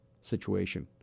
situation